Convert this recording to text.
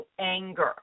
anger